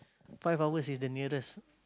five hours is the nearest